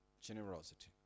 generosity